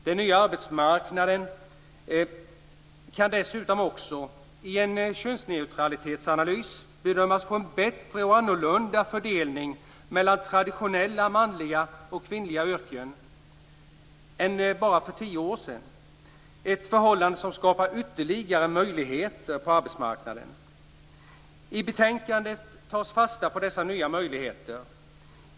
Den nya arbetsmarknaden kan dessutom, i en könsneutralitetsanalys, bedömas få en bättre och annorlunda fördelning mellan traditionellt manliga och kvinnliga yrken än för bara tio år sedan, ett förhållande som skapar ytterligare möjligheter på arbetsmarknaden. I betänkandet tas fasta på dessa nya möjligheter.